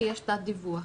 כי יש תת דיווח.